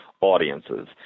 audiences